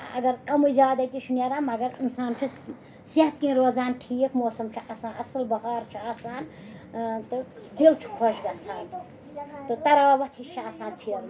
اَگر کَمٕے زیادَے تہِ چھُ نیران مَگَر اِنسان چھِ صحت کِنۍ روزان ٹھیٖک موسَم چھُ آسان اَصٕل بَہار چھُ آسان تہٕ دِل چھِ خۄش گَژھان تہٕ تَراوَتھ ہِش چھےٚ آسان پھیٖرمٕژ